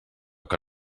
que